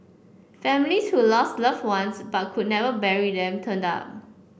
families who lost loved ones but could never bury them turned up